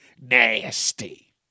Nasty